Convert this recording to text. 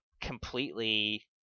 completely